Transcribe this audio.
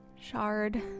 Shard